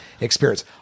experience